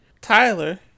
Tyler